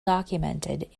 documented